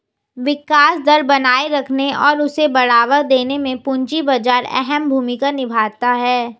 विकास दर बनाये रखने और उसे बढ़ावा देने में पूंजी बाजार अहम भूमिका निभाता है